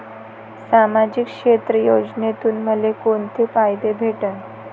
सामाजिक क्षेत्र योजनेतून मले कोंते फायदे भेटन?